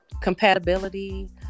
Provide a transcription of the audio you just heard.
compatibility